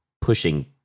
pushing